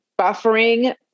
buffering